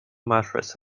mattress